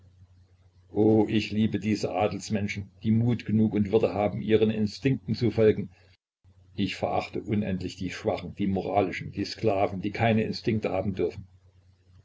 o ich liebe diese adelsmenschen die mut genug und würde haben ihren instinkten zu folgen ich verachte unendlich die schwachen die moralischen die sklaven die keine instinkte haben dürfen